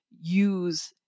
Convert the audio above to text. use